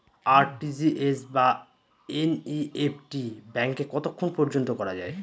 RTGS বা NEFT ব্যাংকে কতক্ষণ পর্যন্ত করা যায়?